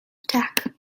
attack